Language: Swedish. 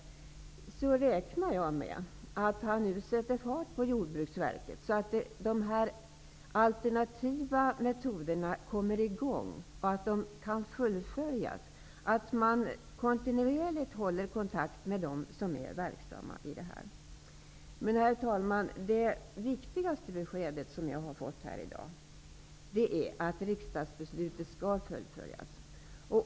Därför räknar jag med att han nu sätter fart på Jordbruksverket, så att man kommer i gång med de alternativa metoderna. Det gäller att få möjligheter att fullfölja det arbetet och att man kontinuerligt håller kontakt med dem som är verksamma i det här sammanhanget. Herr talman! Det viktigaste beskedet här i dag är att riksdagsbeslutet skall fullföljas.